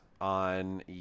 on